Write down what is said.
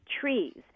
trees